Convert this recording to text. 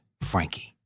Frankie